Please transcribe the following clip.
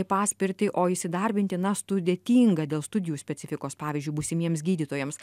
paspirtį o įsidarbinti na sudėtinga dėl studijų specifikos pavyzdžiui būsimiems gydytojams